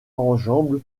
enjambe